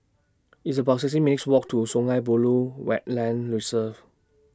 It's about sixty minutes' Walk to Sungei Buloh Wetland Reserve